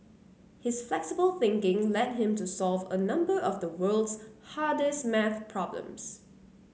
his flexible thinking led him to solve a number of the world's hardest maths problems